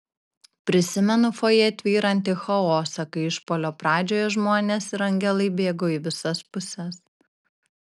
prisimenu fojė tvyrantį chaosą kai išpuolio pradžioje žmonės ir angelai bėgo į visas puses